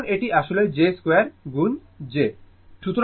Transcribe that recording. কারণ এটি আসলে j2 গুণ j